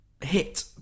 hit